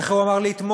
איך הוא אמר לי אתמול?